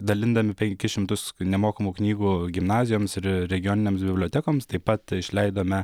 dalindami penkis šimtus nemokamų knygų gimnazijoms ir regioninėms bibliotekoms taip pat išleidome